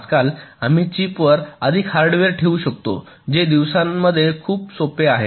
आजकाल आम्ही चिप वर अधिक हार्डवेअर ठेवू शकतो जे दिवसांमध्ये खूप सोपे आहे